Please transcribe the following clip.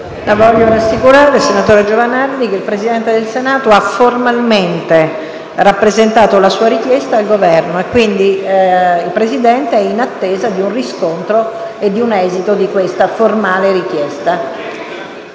le vorrei assicurare che il Presidente del Senato ha formalmente rappresentato la sua richiesta al Governo, quindi il Presidente e` in attesa di un riscontro e di un esito di questa formale richiesta.